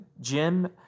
Jim